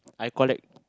I collect